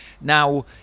Now